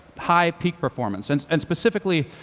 high peak performance. and specifically,